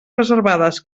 reservades